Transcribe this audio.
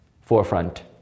forefront